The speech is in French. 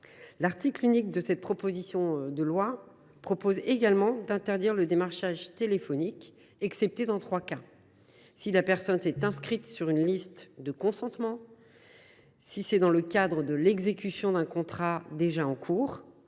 L’article unique de cette proposition de loi vise également à interdire le démarchage téléphonique, à l’exception de trois cas : si la personne s’est inscrite sur une liste de consentement ; dans le cadre de l’exécution d’un contrat en cours